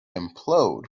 implode